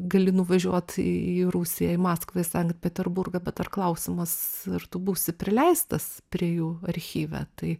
gali nuvažiuot į į rusiją į maskvą į sankt peterburgą bet dar klausimas ir tu būsi prileistas prie jų archyve tai